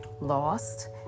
lost